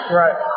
right